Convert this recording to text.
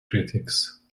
critics